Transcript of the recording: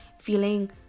feeling